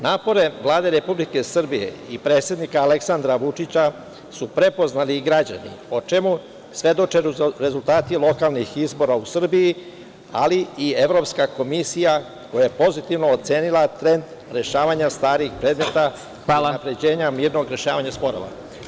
Napore Vlade Republike Srbije i predsednika Aleksandra Vučića su prepoznali i građani, o čemu svedoče rezultati lokalnih izbora u Srbiji, ali i Evropska komisija, koja je pozitivno ocenila trend rešavanja starih predmeta i unapređenje mirnog rešavanja sporova.